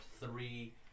three